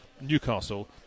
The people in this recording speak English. Newcastle